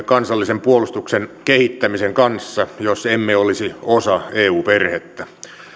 kansallisen puolustuksen kehittämisen kanssa jos emme olisi osa eu perhettä